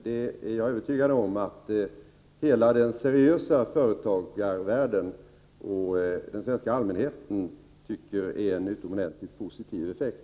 Det är jag övertygad om att hela den seriösa företagarvärlden och den svenska allmänheten tycker är en utomordentligt positiv effekt.